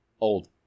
Old